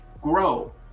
grow